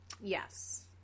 Yes